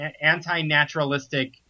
anti-naturalistic